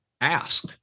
ask